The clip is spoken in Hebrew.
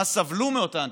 כיצד סבלו מאותה אנטישמיות,